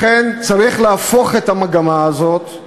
לכן, צריך להפוך את המגמה הזאת,